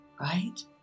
Right